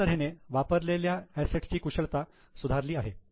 अशा तऱ्हेने वापरलेल्या असेट्स ची कुशलता सुधारली आहे